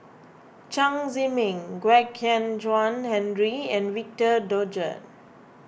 Chen Zhiming Kwek Hian Chuan Henry and Victor Doggett